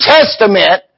Testament